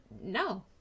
no